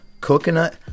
coconut